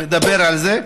נדבר על זה.